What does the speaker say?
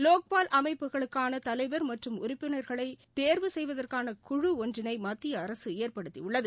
லோக்பால் அமைப்புக்கான தலைவர் மற்றும் உறுப்பினர்களை தேர்வு செய்வதற்காக குழு ஒன்றினை மத்திய அரசு ஏற்படுத்தியுள்ளது